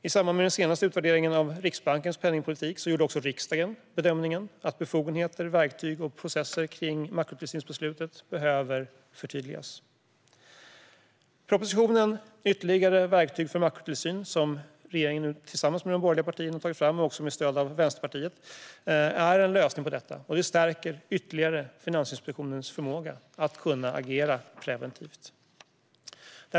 I samband med den senaste utvärderingen av Riksbankens penningpolitik gjorde riksdagen bedömningen att befogenheter, verktyg och processer kring makrotillsynsbeslutet behöver förtydligas. När det gäller propositionen är ytterligare verktyg för makrotillsyn, som regeringen tillsammans med de borgerliga partierna och med stöd av Vänsterpartiet har tagit fram, en lösning på detta och stärker ytterligare Finansinspektionens förmåga att agera preventivt.